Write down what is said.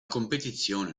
competizione